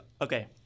Okay